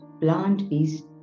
plant-based